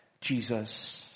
Jesus